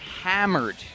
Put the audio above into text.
hammered